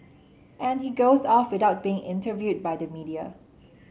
and he goes off without being interviewed by the media